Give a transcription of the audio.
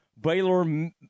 Baylor